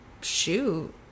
shoot